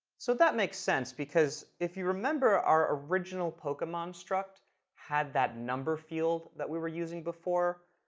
so that makes sense, because if you remember our original pokemon struct had that number field that we were using before.